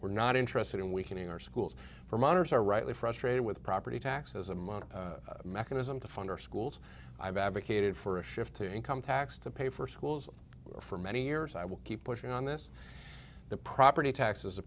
we're not interested in weakening our schools for minors are rightly frustrated with property taxes i'm on a mechanism to fund our schools i have advocated for a shift to income tax to pay for schools for many years i will keep pushing on this the property taxes